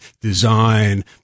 design